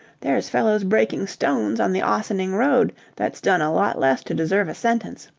there's fellows breaking stones on the ossining road that's done a lot less to deserve sentence.